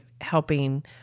helping